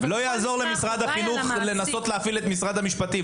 לא יעזור למשרד החינוך לנסות להפעיל את משרד המשפטים.